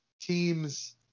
teams